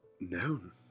known